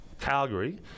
Calgary